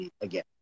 again